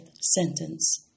sentence